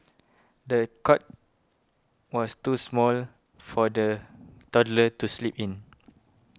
the cot was too small for the toddler to sleep in